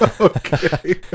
Okay